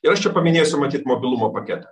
ir aš čia paminėsiu matyt mobilumo paketą